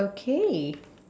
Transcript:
okay